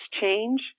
change